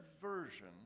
version